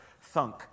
Thunk